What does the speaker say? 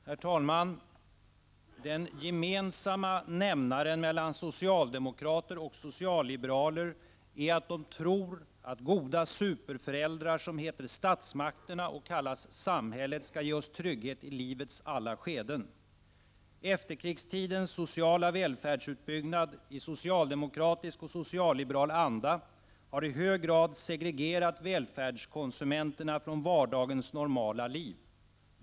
Herr talman! ”Den gemensamma nämnaren mellan socialdemokrater och socialliberaler är att de tror att goda superföräldrar som heter statsmakterna skall ge oss trygghet i livets alla skeden. ——-—- Efterkrigstidens sociala välfärdsutbyggnad i socialdemokratisk och socialliberal anda har i hög grad segregerat välfärdskonsumenterna från vardagens normala liv.